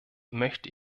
möchte